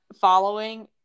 following